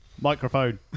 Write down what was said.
microphone